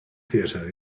theatre